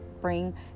bring